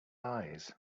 lies